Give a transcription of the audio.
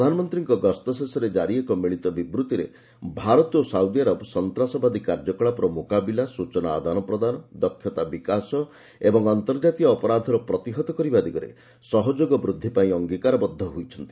ପ୍ରଧାନମନ୍ତ୍ରୀଙ୍କ ଗସ୍ତ ଶେଷରେ ଜାରି ଏକ ମିଳିତ ବିବୃତ୍ତିରେ ଭାରତ ଓ ସାଉଦିଆରବ ସନ୍ତାସବାଦୀ କାର୍ଯ୍ୟକଳାପର ମୁକାବିଲା ସ୍ବଚନା ଆଦାନପ୍ରଦାନ ଦକ୍ଷତା ବିକାଶ ଏବଂ ଅନ୍ତର୍ଜାତୀୟ ଅପରାଧର ପ୍ରତିହତ କରିବା ଦିଗରେ ସହଯୋଗ ବୃଦ୍ଧି ପାଇଁ ଅଙ୍ଗୀକାରବଦ୍ଧ ହୋଇଛନ୍ତି